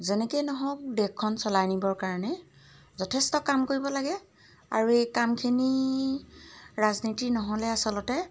যেনেকৈ নহওক দেশখন চলাই নিবৰ কাৰণে যথেষ্ট কাম কৰিব লাগে আৰু এই কামখিনি ৰাজনীতি নহ'লে আচলতে